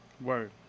Word